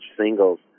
singles